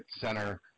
center